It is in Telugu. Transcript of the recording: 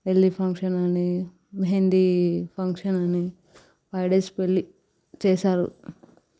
పెళ్లి ఫంక్షన్ అని మెహంది ఫంక్షన్ అని ఫైవ్ డేస్ పెళ్లి చేశారు